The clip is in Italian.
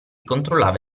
controllava